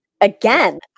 Again